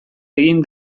egin